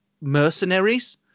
Mercenaries